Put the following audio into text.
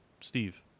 Steve